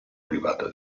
privata